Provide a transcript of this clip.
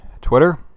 Twitter